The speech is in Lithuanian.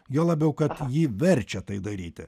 juo labiau kad jį verčia tai daryti